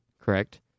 correct